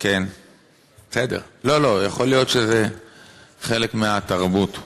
לא רק תרבות.